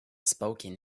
spoken